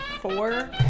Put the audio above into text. four